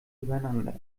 übereinander